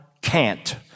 Cant